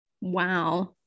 wow